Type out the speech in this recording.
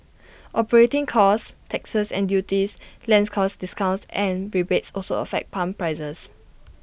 operating costs taxes and duties land costs discounts and rebates also affect pump prices